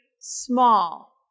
small